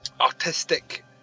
artistic